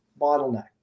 bottleneck